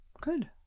Good